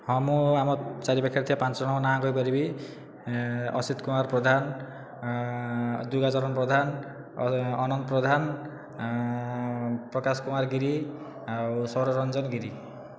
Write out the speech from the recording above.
ହଁ ମୁଁ ଆମ ଚାରି ପାଖରେ ଥିବା ପାଞ୍ଚ ଜଣଙ୍କ ନାଁ କହିପାରିବି ଅସିତ କୁମାର ପ୍ରଧାନ ଦୂର୍ଗା ଚରଣ ପ୍ରଧାନ ଅନନ୍ତ ପ୍ରଧାନ ପ୍ରକାଶ କୁମାର ଗିରି ଓ ଶୌର ରଞ୍ଜନ ଗିରି